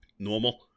Normal